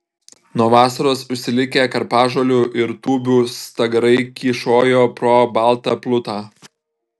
nuo vasaros užsilikę karpažolių ir tūbių stagarai kyšojo pro baltą plutą